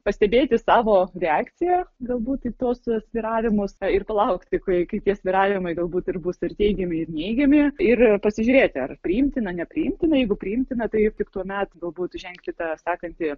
pastebėti savo reakciją galbūt į tuos svyravimus ir palaukti kai kai svyravimai galbūt ir bus ir teigiami neigiami ir pasižiūrėti ar priimtina nepriimtina jeigu priimtina tai tik tuomet galbūt žengti tą sekantį